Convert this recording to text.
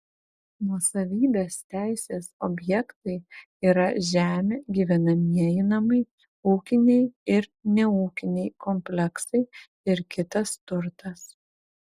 nuosavybės teisės objektai yra žemė gyvenamieji namai ūkiniai ir neūkiniai kompleksai ir kitas turtas